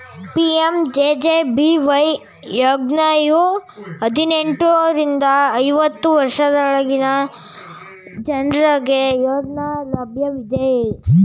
PMJJBY ಯೋಜ್ನಯು ಹದಿನೆಂಟು ರಿಂದ ಐವತ್ತು ವರ್ಷದೊಳಗಿನ ಜನ್ರುಗೆ ಯೋಜ್ನ ಲಭ್ಯವಿದೆ